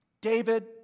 David